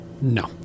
No